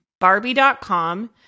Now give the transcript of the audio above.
Barbie.com